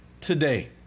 today